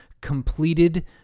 completed